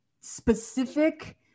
specific